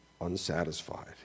unsatisfied